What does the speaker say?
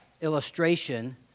illustration